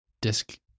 Disk